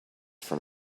from